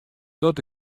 dat